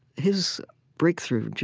his breakthrough,